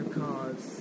cars